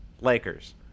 Lakers